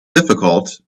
difficult